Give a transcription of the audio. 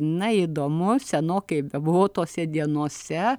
na įdomu senokai bebuvau tose dienose